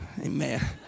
Amen